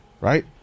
right